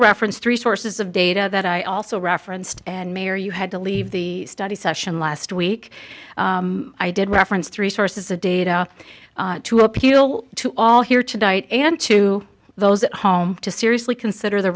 reference three sources of data that i also referenced and mayor you had to leave the study session last week i did reference three sources of data to appeal to all here tonight and to those at home to seriously consider the